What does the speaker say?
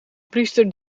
priester